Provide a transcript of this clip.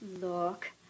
Look